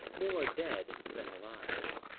more dead than alive.